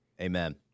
Amen